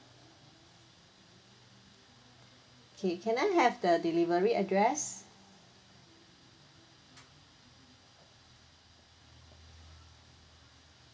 K can I have the delivery address